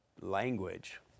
language